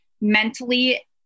mentally